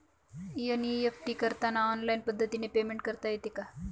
NEFT करताना online पद्धतीने payment करता येते का?